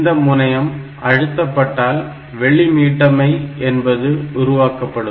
இந்த முனையம் அழுத்தப்பட்டால் வெளி மீட்டமை என்பது உருவாக்கப்படும்